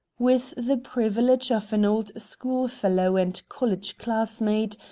with the privilege of an old school-fellow and college classmate,